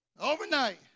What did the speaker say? overnight